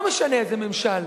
לא משנה איזה ממשל,